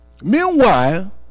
meanwhile